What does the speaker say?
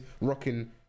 rocking